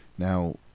Now